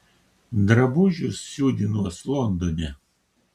drabužius siūdinuos londone